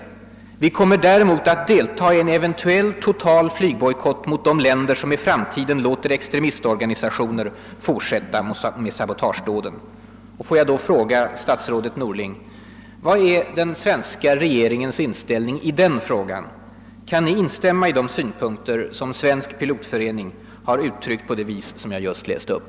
Vi kommer däremot att deltaga i en eventuell total flygbojkott mot de länder som i framtiden låter extremistorganisationer fortsätta med sabotagedåden.» ken är den svenska regeringens inställning i den frågan? Kan ni instämma i de synpunkter som Svensk pilotförening har uttryckt och som jag just har läst upp?